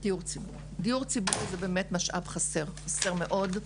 דיור ציבורי זה באמת משאב חסר מאוד.